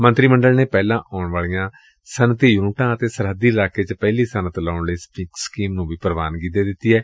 ਮੰਤਰੀ ਮੰਡਲ ਨੇ ਪੱਹਿਲਾ ਆਉਣ ਵਾਲੀਆਂ ਸੱਨਅਤੀ ਯੁਨਿਟਾਂ ਅਤੇ ਸਰਹੱਦੀ ਹਲਕੇ ਚ ਪਹਿਲੀ ਸੱਨਅਤ ਲਾਉਣ ਲਈ ਸਕੀਮ ਨੂੰ ਪ੍ਰਵਾਨਗੀ ਦੇ ਦਿੱਡੀ ਏ